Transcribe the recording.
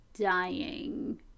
dying